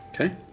Okay